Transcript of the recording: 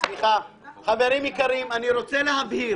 חברים יקרים, אני רוצה להבהיר.